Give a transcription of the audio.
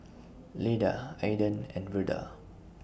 Leda Aedan and Verda